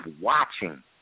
watching